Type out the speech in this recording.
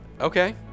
Okay